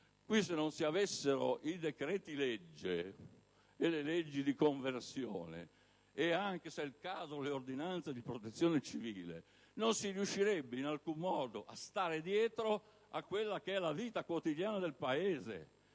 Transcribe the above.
Qui, se non si avessero i decreti-legge, le leggi di conversione ed anche - se è il caso - le ordinanze di protezione civile, non si riuscirebbe in alcun modo a stare dietro alla vita quotidiana del Paese.